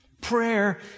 Prayer